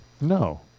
No